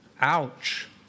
Ouch